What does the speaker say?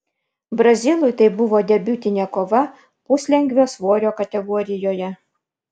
brazilui tai buvo debiutinė kova puslengvio svorio kategorijoje